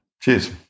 Cheers